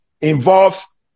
involves